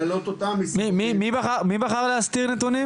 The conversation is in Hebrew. מי בחר להסתיר נתונים